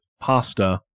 pasta